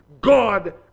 God